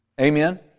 Amen